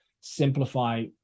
simplify